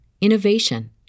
innovation